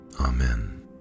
Amen